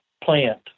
plant